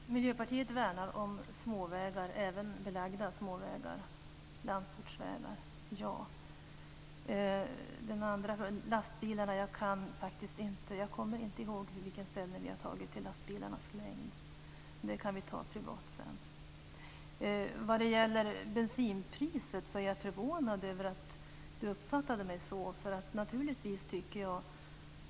Herr talman! Ja, Miljöpartiet värnar om småvägar, även belagda småvägar, landsortsvägar. Beträffande den andra frågan om lastbilarnas längd kommer jag inte ihåg vilket ställningstagande som vi har gjort i den frågan. Men det kan vi tala om privat sedan. När det gäller bensinpriset är jag förvånad över att Ola Sundell uppfattade mig på det sättet. Naturligtvis tycker jag